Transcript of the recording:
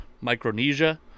Micronesia